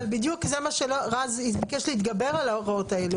אבל בדיוק זה מה שרז ביקש להתגבר על ההוראות האלה.